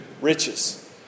riches